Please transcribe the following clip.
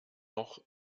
noch